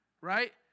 right